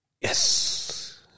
Yes